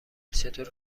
چطور